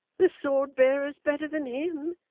the sword bearer's better than him.